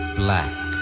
black